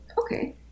Okay